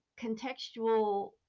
contextual